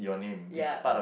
ya